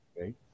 Right